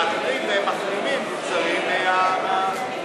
להחרים, והם מחרימים מוצרים מההתנחלויות.